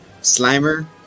slimer